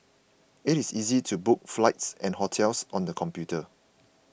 it is easy to book flights and hotels on the computer